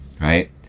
right